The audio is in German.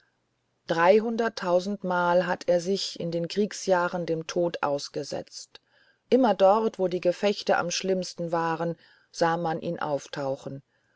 dreihunderttausendmal hatte er sich in den kriegsjahren dem tod ausgesetzt immer dort wo die gefechte am schlimmsten waren sah man ihn auftauchen